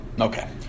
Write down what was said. Okay